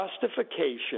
justification